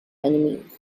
enemies